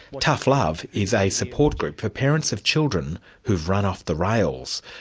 tough love is a support group for parents of children who've run off the rails.